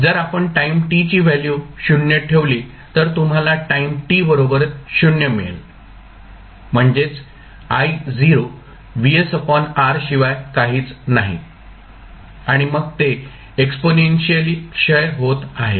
जर आपण time t ची व्हॅल्यू 0 ठेवली तर तुम्हाला टाईम t बरोबर 0 मिळेल म्हणजेच I0 Vs R शिवाय काहीच नाही आणि मग ते एक्सपोनेन्शियली क्षय होत आहे